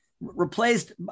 Replaced